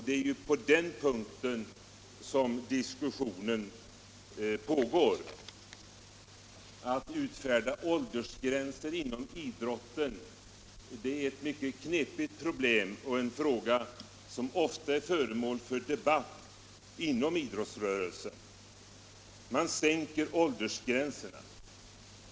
Det är ju den saken som diskussionen gäller. Att utfärda åldersgränser inom idrotten är en mycket knepig sak, en fråga som ofta är föremål för debatt inom idrottsrörelsen. Man sänker åldersgränserna.